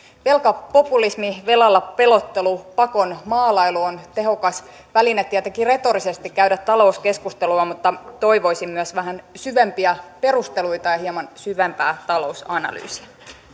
velkapopulismi velalla pelottelu pakon maalailu on tehokas väline tietenkin retorisesti käydä talouskeskustelua mutta toivoisin myös vähän syvempiä perusteluita ja hieman syvempää talousanalyysiä